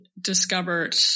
discovered